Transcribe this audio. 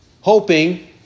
hoping